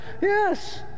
yes